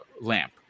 lamp